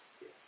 Yes